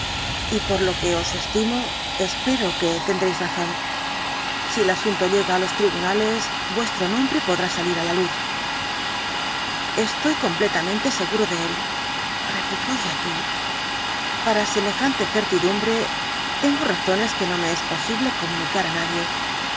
y por lo que os estimo espero que tendréis razón si el asunto llega á los tribunales vuestro nombre podrá salir á luz estoy completamente seguro de él replicó jekyll para semejante certidumbre tengo razones que no me es posible comunicar á nadie